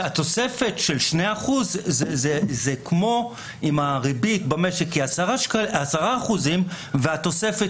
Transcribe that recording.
זו התוספת של 2%. זה כמו שאם הריבית במשק היא 10% והתוספת